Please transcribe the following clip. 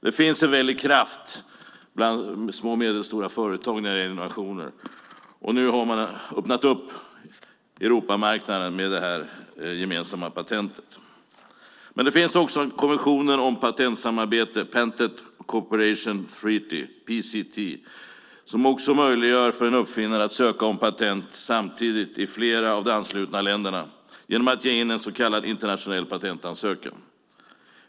Det finns en kraft bland små och medelstora företag när det gäller innovationer. Nu har man öppnat Europamarknaden med det gemensamma patentet. Det finns också en konvention om patentsamarbete, Patent Cooperation Treaty, PCT, som möjliggör för en uppfinnare att ansöka om patent samtidigt i flera av de anslutna länderna genom att ge in en så kallad internationell patentansökan.